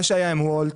מה שהיה עם וולט,